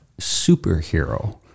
superhero